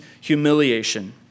humiliation